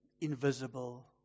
invisible